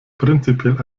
prinzipiell